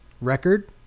record